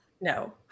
No